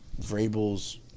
Vrabel's –